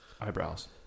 Eyebrows